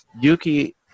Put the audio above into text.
Yuki